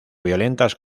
violentas